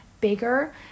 bigger